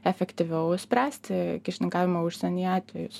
efektyviau spręsti kyšininkavimo užsienyje atvejus